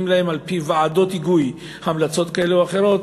להם על-פי ועדות היגוי סמכויות כאלה ואחרות,